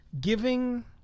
Giving